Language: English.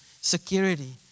security